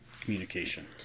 communication